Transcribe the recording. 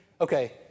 okay